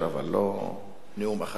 אבל לא נאום אחרי הנאום.